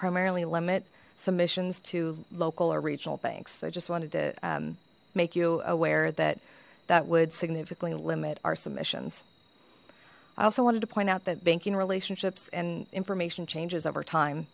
primarily limit submissions to local or regional banks i just wanted to make you aware that that would significantly limit our submissions i also wanted to point out that banking relationships and information changes over time